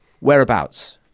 Whereabouts